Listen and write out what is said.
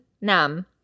Nam